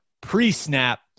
pre-snap